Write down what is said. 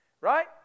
right